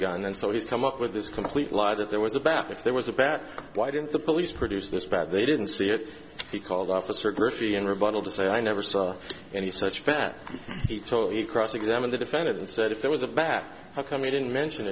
gun and so he's come up with this complete lie that there was a bath if there was a bat why didn't the police produce this back they didn't see it he called officer griffey in rebuttal to say i never saw any such fat he told he cross examine the defendant and said if there was a back how come you didn't mention